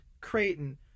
Creighton